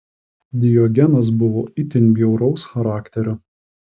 diogenas buvo itin bjauraus charakterio